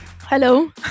Hello